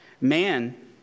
man